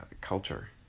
culture